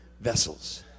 vessels